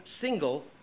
single